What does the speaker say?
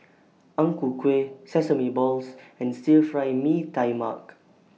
Ang Ku Kueh Sesame Balls and Stir Fry Mee Tai Mak